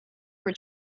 for